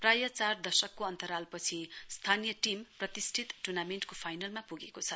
प्राय चार दशकको अन्तरालपछि स्थानीय टीम प्रतिष्ठित टूर्नामेण्टको फाइनलमा पुगेको छ